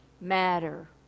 matter